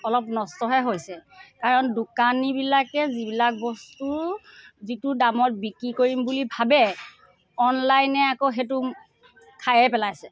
অলপ নষ্টহে হৈছে কাৰণ দোকানীবিলাকে যিবিলাক বস্তু যিটো দামত বিক্ৰী কৰিম বুলি ভাবে অনলাইনে আকৌ সেইটো খায়ে পেলাইছে